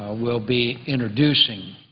ah will be introducing.